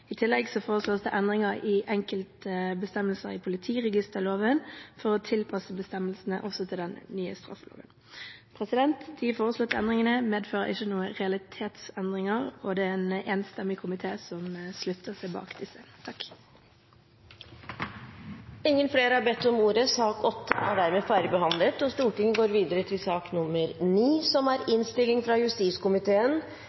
i den nye loven. I tillegg foreslås det endringer i enkelte bestemmelser i politiregisterloven for å tilpasse bestemmelsene også til den nye straffeloven. De foreslåtte endringene medfører ikke noen realitetsendringer, og det er en enstemmig komité som slutter seg til disse. Flere har ikke bedt om ordet til sak nr. 8. Føremålet med å endre reglane knytte til inntektstapserstatning til ungar, er